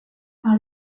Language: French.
par